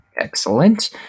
Excellent